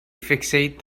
fixate